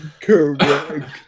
Correct